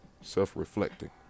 self-reflecting